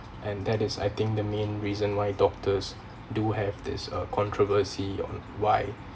and that is I think the main reason why doctors do have this uh controversy on why